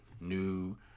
new